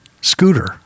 scooter